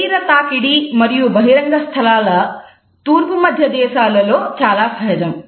శరీర తాకిడి మరియు బహిరంగ స్థలాలు తూర్పు మధ్య దేశాలలో చాలా సహజం